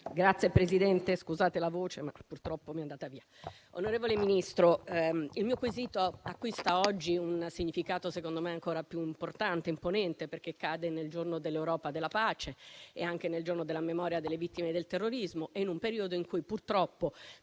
Presidente, scusate la voce, ma purtroppo mi è andata via. Onorevole Ministro, il mio quesito acquista oggi un significato - secondo me - ancora più importante e imponente, perché cade nel giorno dell'Europa e della pace, nel Giorno della memoria delle vittime del terrorismo e in un periodo in cui purtroppo